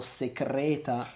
secreta